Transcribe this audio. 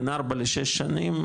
בין ארבע לשש שנים,